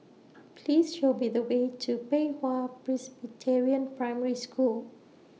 Please Show Me The Way to Pei Hwa Presbyterian Primary School